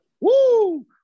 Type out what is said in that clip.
Woo